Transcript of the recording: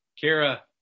Kara